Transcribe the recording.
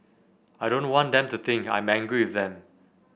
I don't want them to think I am angry with them